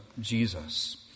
Jesus